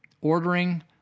ordering